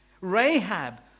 Rahab